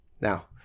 Now